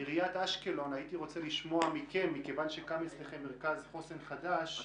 עיריית אשקלון, הוקם אצלכם מרכז חוסן חדש.